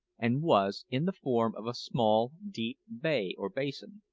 and was in the form of a small, deep bay or basin,